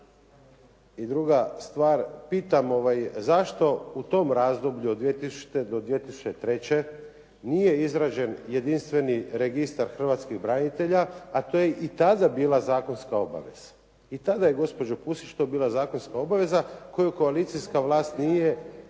I druga stvar pitam zašto u tom razdoblju od 2000. do 2003. nije izrađen jedinstveni registar hrvatskih branitelja, a to je i tada bila zakonska obaveza. I tada je gospođo Pusić bila zakonska obaveza koju koalicijska vlast nije ispunila.